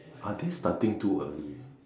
are they starting too early